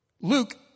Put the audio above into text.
Luke